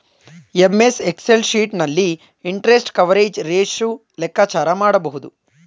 MS Excel sheet ನಲ್ಲಿ interest coverage ratio ಲೆಕ್ಕಾಚಾರ ಮಾಡಬಹುದು